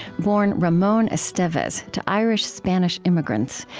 born ramon estevez to irish-spanish immigrants,